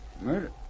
Murder